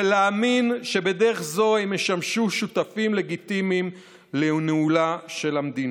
ולהאמין שבדרך זו הם ישמשו שותפים לגיטימיים לניהולה של המדינה.